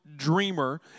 dreamer